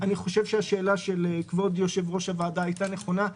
אני חושב ששאלת כבוד יושב-ראש הוועדה היתה נכונה.